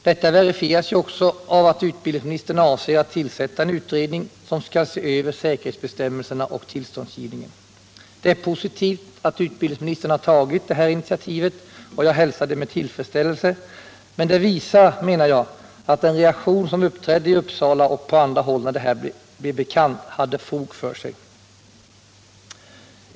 Detta verifieras ju också av att utbildningsministern avser att tillsätta en utredning som skall se över säkerhetsbestämmelserna och tillståndsgivningen. Det är positivt att utbildningsministern har tagit det här initiativet, och jag hälsar det med tillfredsställelse. Men det visar, menar jag, att den reaktion som uppträdde i Uppsala och på andra håll när det här blev bekant hade fog för sig.